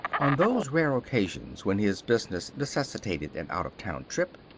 on those rare occasions when his business necessitated an out-of-town trip,